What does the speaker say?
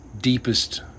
deepest